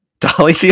Dolly